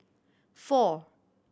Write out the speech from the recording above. four